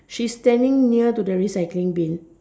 she standing near to the recycling bin